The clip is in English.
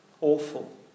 Awful